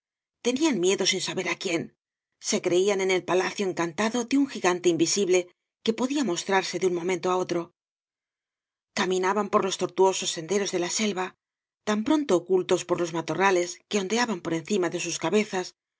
tenían miedo sin saber á quién se creían en el palacio encantado de un gigante invisible que podía mostrarse de un momento á otro caminaban por los tortuosos senderos de la selva tan pronto ocultos por los matorrales que ondeaban por encima de sus cabezas